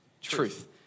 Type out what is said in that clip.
truth